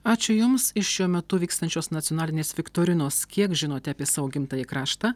ačiū jums iš šiuo metu vykstančios nacionalinės viktorinos kiek žinote apie savo gimtąjį kraštą